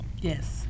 Yes